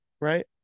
right